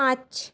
পাঁচ